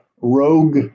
rogue